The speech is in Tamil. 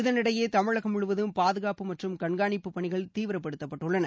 இதனிடையே தமிழகம் முழுவதும் பாதுகாப்பு மற்றும் கண்காணிப்பு பணிகள் தீவிரபடுத்தப்பட்டுள்ளன